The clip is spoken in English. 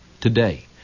today